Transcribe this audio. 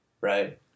Right